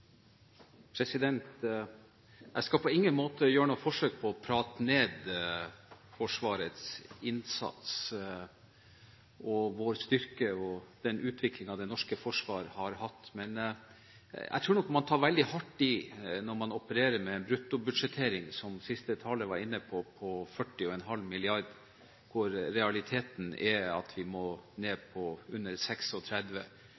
Jeg skal på ingen måte gjøre noe forsøk på å prate ned Forsvarets innsats og vår styrke og den utviklingen det norske forsvaret har hatt. Men jeg tror nok man tar veldig hardt i når man opererer med en bruttobudsjettering, som siste taler var inne på, på 40,5 mrd. kr, hvor realiteten er at vi må